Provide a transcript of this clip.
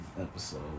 episode